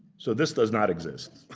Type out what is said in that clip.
so this does not exist.